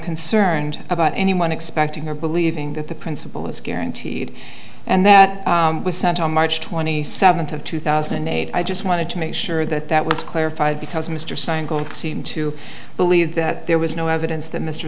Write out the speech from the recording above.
concerned about anyone expecting or believing that the principle is guaranteed and that was sent on march twenty seventh of two thousand and eight i just wanted to make sure that that was clarified because mr simon gold seemed to believe that there was no evidence that mr